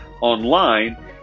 online